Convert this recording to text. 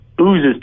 oozes